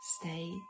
stay